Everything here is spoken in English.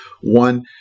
One